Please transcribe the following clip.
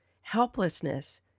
helplessness